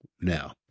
now